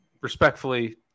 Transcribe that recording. respectfully